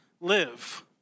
live